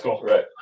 right